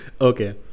Okay